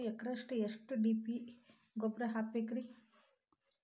ಒಂದು ಎಕರೆಕ್ಕ ಎಷ್ಟ ಡಿ.ಎ.ಪಿ ಗೊಬ್ಬರ ಹಾಕಬೇಕ್ರಿ?